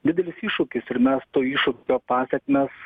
didelis iššūkis ir mes to iššūkio pasekmes